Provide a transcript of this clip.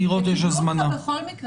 המעבדות יקבלו את הכול,